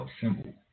symbol